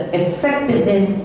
effectiveness